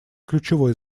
ключевой